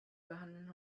behandeln